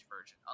version